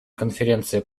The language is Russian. конференция